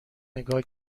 نگاه